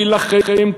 אני אלחם,